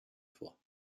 vor